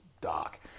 dark